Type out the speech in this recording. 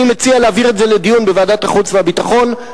אני מציע להעביר את זה לדיון בוועדת החוץ והביטחון,